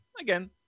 again